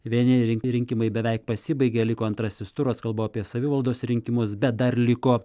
vieni rengti rinkimai beveik pasibaigė liko antrasis turas kalba apie savivaldos rinkimus bet dar liko